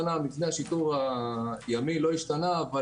השיטור הימי לא השתנה אולי כבר 30 שנה,